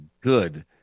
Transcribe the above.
good